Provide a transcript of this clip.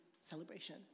celebration